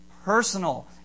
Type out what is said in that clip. Personal